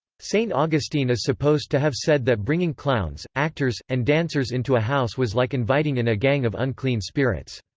st. augustine is supposed to have said that bringing clowns, actors, and dancers into a house was like inviting in a gang of unclean spirits.